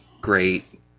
great